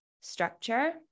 structure